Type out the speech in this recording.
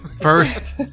First